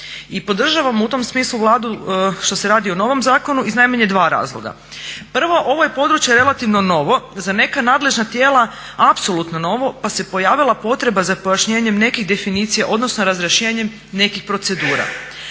i podržavamo u tom smislu Vladu što se radi o novom zakonu iz najmanje dva razloga. Prvo, ovo je područje relativno novo, za neka nadležna tijela apsolutno novo pa se pojavila potreba za pojašnjenjem nekih definicija odnosno razrješenjem nekih procedura.